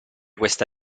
questa